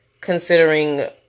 considering